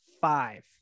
five